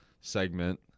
segment